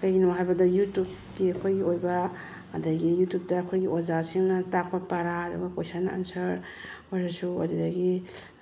ꯀꯩꯒꯤꯅꯣ ꯍꯥꯏꯕꯗ ꯌꯨꯇꯨꯞꯀꯤ ꯑꯩꯈꯣꯏꯒꯤ ꯑꯣꯏꯕ ꯑꯗꯒꯤ ꯌꯨꯇꯨꯞꯇ ꯑꯩꯈꯣꯏꯒꯤ ꯑꯣꯖꯥꯁꯤꯡꯅ ꯇꯥꯛꯄ ꯄꯔꯥ ꯑꯗꯨꯒ ꯀꯣꯏꯁꯟ ꯑꯟꯁꯔ ꯑꯣꯏꯔꯁꯨ ꯑꯗꯨꯗꯒꯤ